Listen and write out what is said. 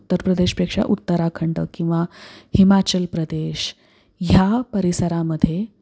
उत्तर प्रदेशपेक्षा उत्तराखंड किंवा हिमाचल प्रदेश ह्या परिसरामध्ये